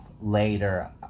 later